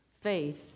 faith